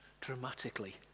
dramatically